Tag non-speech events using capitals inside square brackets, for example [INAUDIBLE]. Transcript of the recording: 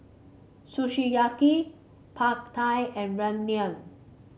[UNINTELLIGIBLE] park Thai and Ramyeon